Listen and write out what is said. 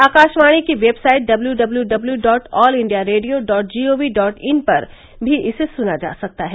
आकाशवाणी की website W W W dot all India radio dot G O V dot in पर भी इसे सुना जा सकता है